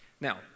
Now